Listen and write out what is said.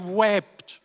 wept